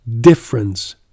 difference